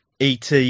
ET